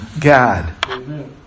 God